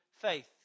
faith